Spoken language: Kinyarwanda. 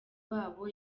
wabo